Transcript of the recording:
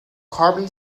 carbon